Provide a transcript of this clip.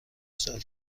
سال